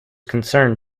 concerned